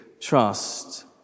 trust